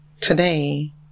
today